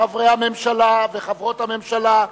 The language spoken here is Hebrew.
חברי הממשלה וחברות הממשלה,